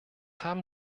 haben